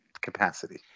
capacity